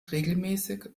regelmäßig